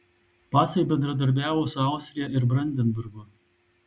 pacai bendradarbiavo su austrija ir brandenburgu